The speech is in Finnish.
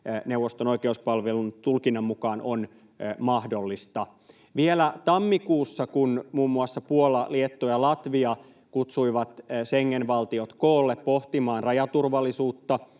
neuvoston oikeuspalvelun tulkinnan mukaan on mahdollista. Vielä tammikuussa, kun muun muassa Puola, Liettua ja Latvia kutsuivat Schengen-valtiot koolle pohtimaan rajaturvallisuutta,